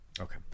Okay